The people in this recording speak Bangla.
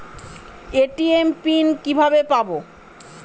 এ.টি.এম পিন কিভাবে পাবো?